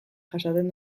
jasaten